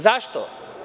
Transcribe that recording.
Zašto?